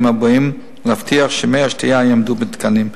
הבאים להבטיח שמי השתייה יעמדו בתקנים.